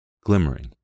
glimmering